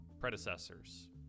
predecessors